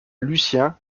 lucien